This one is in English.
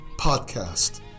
podcast